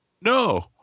No